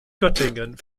göttingen